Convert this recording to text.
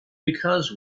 because